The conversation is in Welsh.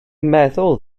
meddwl